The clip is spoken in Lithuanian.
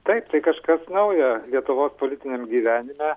taip tai kažkas naujo lietuvos politiniam gyvenime